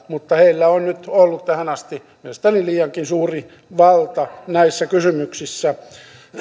mutta heillä on nyt ollut tähän asti mielestäni liiankin suuri valta näissä kysymyksissä